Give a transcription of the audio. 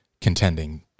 contending